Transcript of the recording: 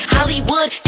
Hollywood